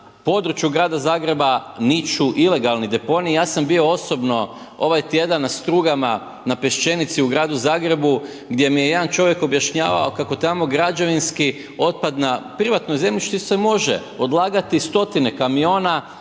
području grada Zagreba niču ilegalni deponiji, ja sam bio osobno ovaj tjedan na Strugama na Peščenici u gradu Zagrebu gdje mi je jedan čovjek objašnjavao kako tamo građevinski otpad na privatnom zemljištu se može odlagati stotine kamiona,